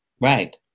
right